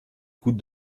coup